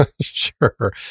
Sure